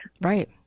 Right